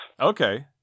Okay